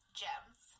gems